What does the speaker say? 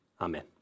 amen